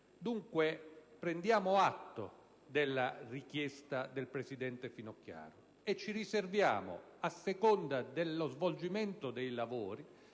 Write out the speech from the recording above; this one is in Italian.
dunque atto della richiesta della presidente Finocchiaro e ci riserviamo, a seconda dello svolgimento dei lavori,